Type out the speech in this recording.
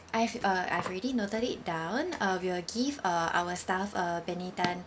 I've a I have already noted it down uh we will give uh our staff uh benny tan